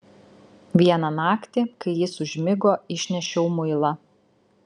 vieną naktį kai jis užmigo išnešiau muilą